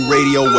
Radio